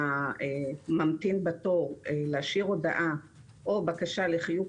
לממתין בתור להשאיר הודעה או בקשה לחיוג